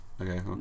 Okay